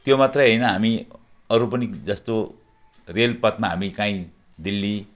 त्यो मात्रै होइन हामी अरू पनि जस्तो रेलपथमा हामी काहीँ दिल्ली